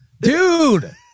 dude